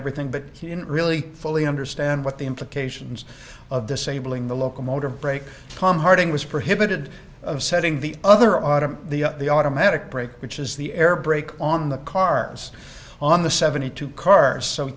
everything but he didn't really fully understand what the implications of disabling the locomotive brake tom harding was prohibited of setting the other autumn the the automatic brake which is the air brake on the cars on the seventy two cars so